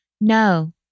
No